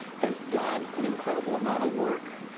has done an incredible amount of work.